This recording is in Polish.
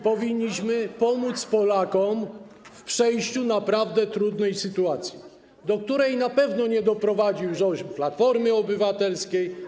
Powinniśmy pomóc Polakom w tej naprawdę trudnej sytuacji, do której na pewno nie doprowadził rząd Platformy Obywatelskiej.